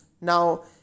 Now